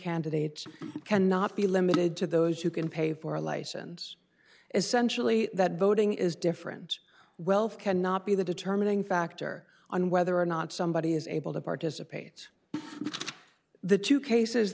candidates cannot be limited to those who can pay for a license essentially that voting is different wealth cannot be the determining factor on whether or not somebody is able to participate the two cases